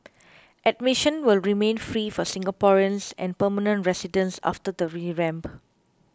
admission will remain free for Singaporeans and permanent residents after the revamp